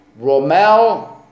romel